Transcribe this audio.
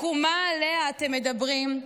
התקומה שעליה אתם מדברים,